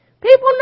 People